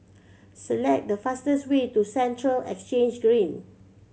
select the fastest way to Central Exchange Green